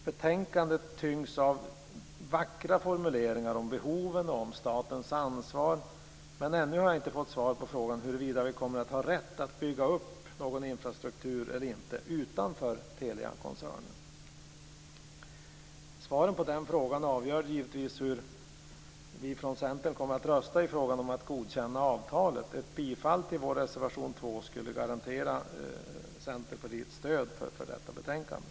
Betänkandet tyngs av vackra formuleringar om behoven och om statens ansvar, men ännu har jag inte fått svar på frågan huruvida vi kommer att ha rätt att bygga upp någon infrastruktur eller inte utanför Teliakoncernen. Svaret på den frågan avgör givetvis hur vi från Centern kommer att rösta i frågan om att godkänna avtalet. Ett bifall till vår reservation nr 2 skulle garantera Centerpartiets stöd för detta betänkande.